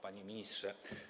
Panie Ministrze!